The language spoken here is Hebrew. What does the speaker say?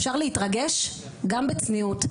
אפשר להתרגש גם בצניעות,